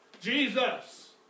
Jesus